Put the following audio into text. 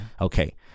Okay